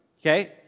okay